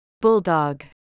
Bulldog